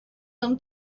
them